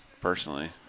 personally